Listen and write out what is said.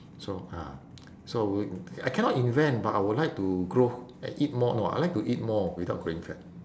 so ah so w~ I cannot invent but I would like to grow and eat more no I like to eat more without growing fat